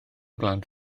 blant